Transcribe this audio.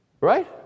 Right